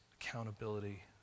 accountability